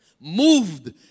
Moved